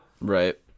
Right